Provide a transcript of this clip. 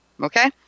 Okay